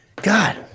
God